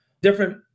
different